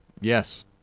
Yes